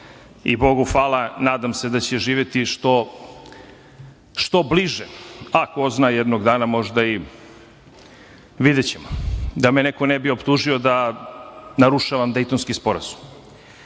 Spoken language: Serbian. i, Bogu hvala, nadam se da će živeti što bliže, a ko zna jednog dana možda i videćemo, da me neko ne bi optužio da narušavam Dejtonski sporazum. Ono